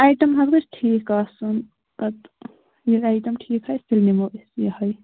item حظ گژھِ ٹھیٖک آسُن پَتہٕ ییٚلہِ آیٹَم ٹھیٖک آسہِ تیٚلہِ نِمو أسۍ یِہَے